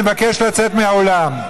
אני מבקש לצאת מהאולם.